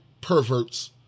perverts